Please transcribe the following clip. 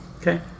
Okay